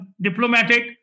diplomatic